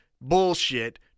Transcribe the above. bullshit